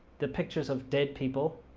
the pictures of dead people,